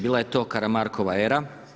Bila je to Karamarkova era.